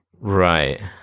Right